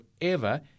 forever